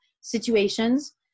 situations